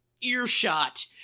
earshot